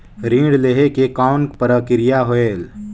ऋण लहे के कौन का प्रक्रिया होयल?